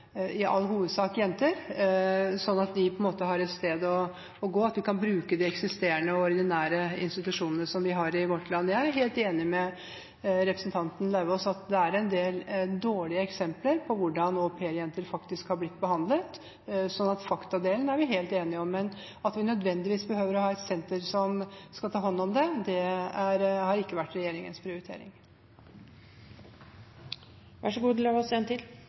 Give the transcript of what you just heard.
i all hovedsak jenter, på den måten at de har et sted å gå – at de kan bruke de eksisterende og ordinære institusjonene vi har i vårt land. Jeg er helt enig med representanten Lauvås i at det er en del dårlige eksempler på hvordan au pair-jenter har blitt behandlet, så faktadelen er vi helt enige om. Men at vi nødvendigvis behøver å ha et senter som skal ta hånd om dette, har ikke vært regjeringens prioritering. Jeg takker for svaret. Med dette i mente: En fikk jo i havn budsjettforliket, hvor Kristelig Folkeparti og Venstre sørget for bevilgningen til